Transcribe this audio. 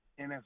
NFL